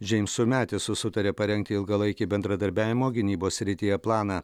džeimsu metisu sutarė parengti ilgalaikį bendradarbiavimo gynybos srityje planą